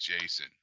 Jason